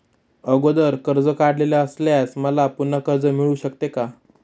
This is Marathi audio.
अगोदर कर्ज काढलेले असल्यास मला पुन्हा कर्ज मिळू शकते का?